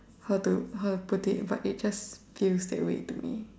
how to how to put it but it just feels that way to me